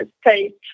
state